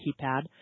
keypad